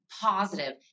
positive